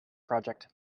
project